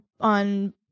on